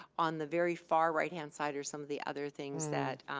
on the very far right hand side are some of the other things that